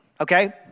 Okay